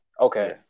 Okay